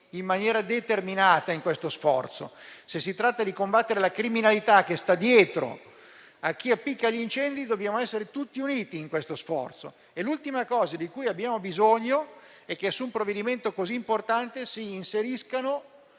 in maniera determinata in questo sforzo; se si tratta di combattere la criminalità che sta dietro a chi appicca gli incendi, dobbiamo essere tutti uniti in questo sforzo e l'ultima cosa di cui abbiamo bisogno è che su un provvedimento così importante si inseriscano